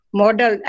model